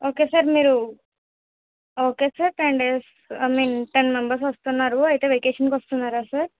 okay sir మీరు okay sir ten days I mean ten members వస్తున్నారు అయితే వెకేషన్కి వస్తున్నారా సార్